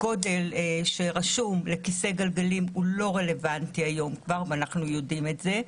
הגודל שרשום לכיסא גלגלים היום הוא כבר לא רלוונטי ואנחנו יודעים את זה.